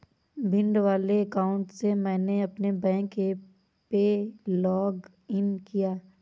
भिंड वाले अकाउंट से मैंने अपने बैंक ऐप में लॉग इन किया